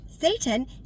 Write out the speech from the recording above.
satan